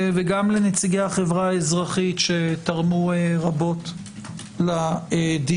וגם לנציגי החברה האזרחית שתרמו רבות לדיון.